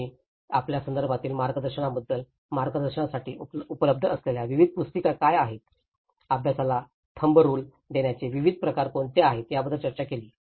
मग आम्ही आपल्यासंदर्भातील मार्गदर्शनाबद्दल मार्गदर्शनासाठी उपलब्ध असलेल्या विविध पुस्तिका काय आहेत अभ्यासाला थंब रुल देण्याचे विविध प्रकार कोणत्या आहेत याबद्दल चर्चा केली